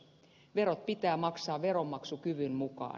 verot pitää maksaa veronmaksukyvyn mukaan